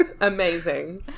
Amazing